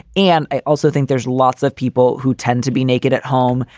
and i also think there's lots of people who tend to be naked at home.